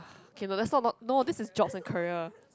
K no lets not no no this is jobs and career